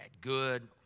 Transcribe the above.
good